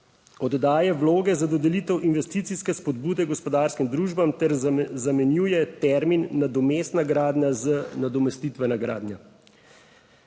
oddaje vloge za dodelitev investicijske spodbude gospodarskim družbam ter zamenjuje termin nadomestna gradnja z nadomestitveno gradnja.